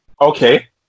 okay